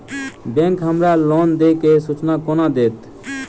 Bank हमरा loan देय केँ सूचना कोना देतय?